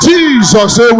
Jesus